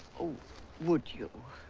oh would you?